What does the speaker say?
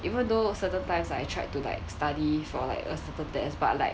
even though certain times I tried to like study for like a certain test but like